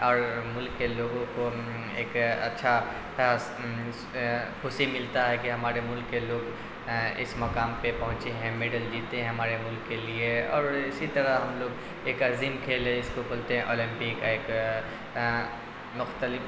اور ملک کے لوگوں کو ایک اچھا خوشی ملتا ہے کہ ہمارے ملک کے لوگ اس مقام پہ پہنچے ہیں میڈل جیتے ہیں ہمارے ملک کے لیے اور اسی طرح ہم لوگ ایک عظیم کھیل ہے جس کو کھولتے ہیں اولمپک ایک مختلف